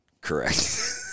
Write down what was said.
correct